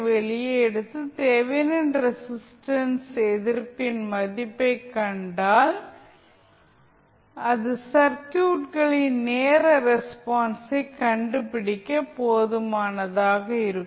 வெளியே எடுத்து Thevenin resistance எதிர்ப்பின் மதிப்பைக் கண்டால் அது சர்க்யூட்களின் நேர ரெஸ்பான்ஸை கண்டுபிடிக்க போதுமானதாக இருக்கும்